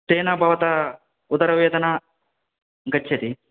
तेन भवतः उदरवेदना गच्छति